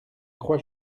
croix